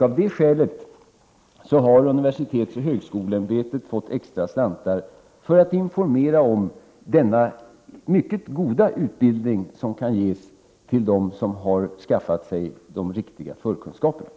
Av det skälet har universitetsoch högskoleämbetet fått extra slantar för att informera om denna mycket goda utbildning som kan ges till dem som har skaffat sig de riktiga förkunskaperna.